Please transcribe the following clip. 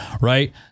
right